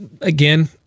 Again